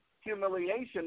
humiliation